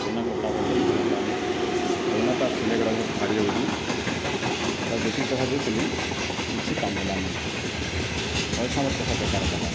ପୁରୁଣା କପଡ଼ା ବୋଧହୁଏ ଭଲ ହେଲାନାହିଁ ଦେଖୁନ ତା' ସିଲେଇଗୁଡ଼ିକ ଫାଡ଼ି ଯାଉଛି ତା' ଯେତିକି ପଇସା ଦେଇଥିଲି କିଛି କାମ ଦେଲାନାହିଁ ଅଯଥା ମୋର ପଇସା ବେକାରରେ ଗଲା